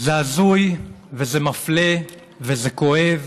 זה הזוי וזה מפלה וזה כואב.